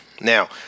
Now